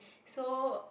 so